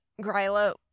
Gryla